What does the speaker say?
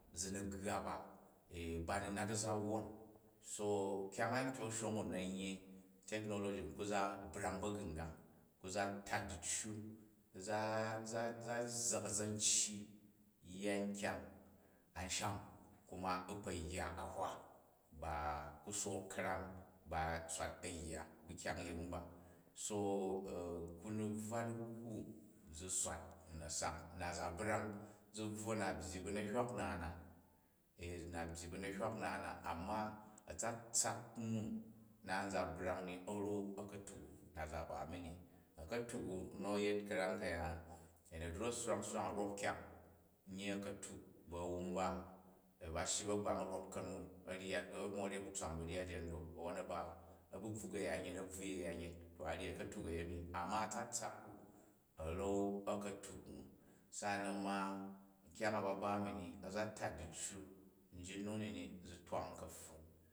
Zi ni ggha ba ba ni nat a̱za wwon. So kyang a antyok a̱shong u̱ na̱ n yei techonology ni, ku la brang ba̱gu̱nya̱ng, ku za tat diccu, u̱ za zza̱k a̱za̱ncyi yya nkyang ansham kunna u̱ kpi yya ahwa, ba ku sook ka̱ram ba swat a̱yya ba kyang yring ba. so kwi bvwa dikwu zi swat n na̱ sang, na̱ za branyi zi bvwo na byyi ba na̱hywak una na ee na byyi bu na̱hywak nna na, amma atsatsak nu, na̱ u za brang ni, a̱ra̱u a̱ka̱tuk u na za ba mi ni. A̱ka̱tuk u̱ a̱ yet karam ka̱yaan, ka̱ a̱yin a̱drok a swrang swrang a̱ rop kyang nyyi a̱katuk bu a̱sumba, ku ba shyi bagbang a̱ rop ka̱nu a̱ ryat a more ba tswan ba̱ryat ji a̱n dip, awwon a̱ ba, a̱ ba bvuk a̱yanyat a̱ bvwin a̱ya̱nyet to a ryi a̱ka̱tuk u a̱yemi. Anma a̱tsatsak u, a̱ra̱n a̱ka̱tuk u. Sa'anan ma ukyang a ba ba mi ni ə za tat diceu ryit nu wini, zi tnang kapfun.